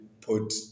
put